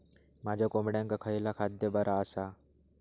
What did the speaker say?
माझ्या कोंबड्यांका खयला खाद्य बरा आसा?